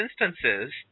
instances